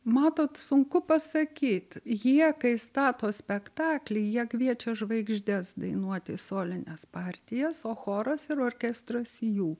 matot sunku pasakyt jie kai stato spektaklį jie kviečia žvaigždes dainuoti solines partijas o choras ir orkestras jų